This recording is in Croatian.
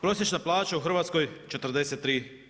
Prosječna plaća u Hrvatskoj 43%